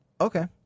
okay